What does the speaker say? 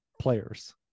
players